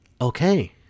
Okay